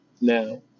Now